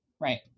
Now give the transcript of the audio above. right